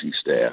staff